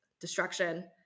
destruction